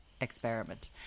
Experiment